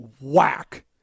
whack